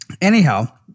Anyhow